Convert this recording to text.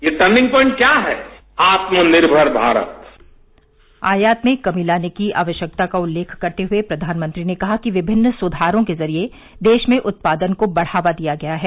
ये turning point क्या है आत्मनिर्मर भारत आयात में कमी लाने की आवश्यकता का उल्लेख करते हुए प्रधानमंत्री ने कहा कि विभिन्न सुधारों के जरिए देश में उत्पादन को बढ़ावा दिया गया है